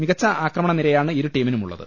മികച്ച ആക്രമണനിരയാണ് ഇരുടീമിനുമുള്ളത്